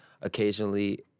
occasionally